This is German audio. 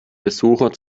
besucher